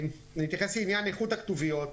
אני אתייחס לעניין איכות הכתוביות.